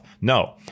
No